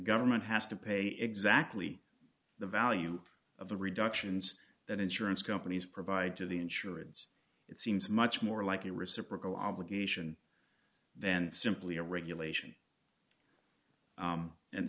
government has to pay exactly the value of the reductions that insurance companies provide to the insurance it seems much more like a reciprocal obligation than simply a regulation